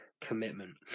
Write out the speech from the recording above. Commitment